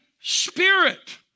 spirit